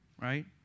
right